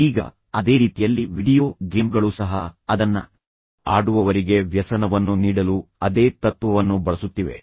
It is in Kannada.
ಈಗ ಅದೇ ರೀತಿಯಲ್ಲಿ ವಿಡಿಯೋ ಗೇಮ್ಗಳು ಸಹ ಅದನ್ನ ಆಡುವವರಿಗೆ ವ್ಯಸನವನ್ನು ನೀಡಲು ಅದೇ ತತ್ವವನ್ನು ಬಳಸುತ್ತಿವೆ